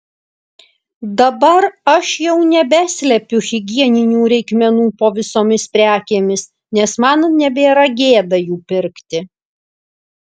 dabar aš jau nebeslepiu higieninių reikmenų po visomis prekėmis nes man nebėra gėda jų pirkti